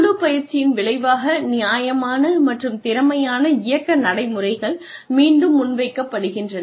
குழு பயிற்சியின் விளைவாக நியாயமான மற்றும் திறமையான இயக்க நடைமுறைகள் மீண்டும் முன்வைக்கப்படுகின்றன